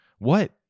What